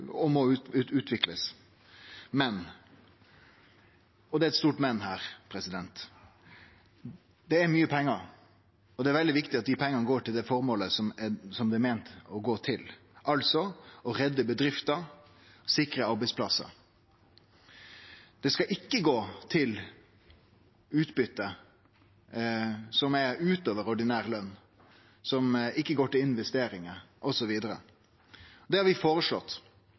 og som må utviklast. Men – og det er eit stort men her: Det er mykje pengar, og det er veldig viktig at dei pengane går til det føremålet som dei er meint å gå til, altså å redde bedrifter og sikre arbeidsplassar. Dei skal ikkje gå til utbyte som er utover ordinær løn, som ikkje går til investeringar, osv. Det har vi